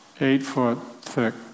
Eight-foot-thick